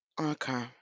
Okay